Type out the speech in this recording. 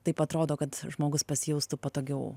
taip atrodo kad žmogus pasijaustų patogiau